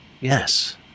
Yes